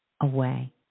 away